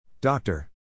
Doctor